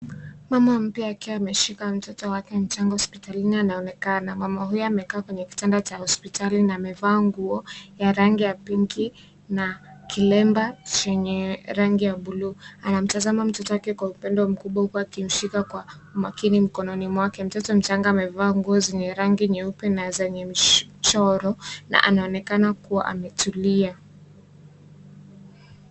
Mama mpya akiwa ameshika mtoto wake mchanga hospitalini anaonekana mama huyu amekaa kwenye kitanda cha hospitali na amevaa nguo ya rangi ya pinki na kilemba chenye rangi ya buluu anaonekana akimtazama mtoto akiwa kwa upendo mkubwa huku akimshika kwa umakini mikononi mwake mtoto mchanga amevaa nguo zenye rangi nyeupe na zenye michoro anaonekana kuwa ametulia.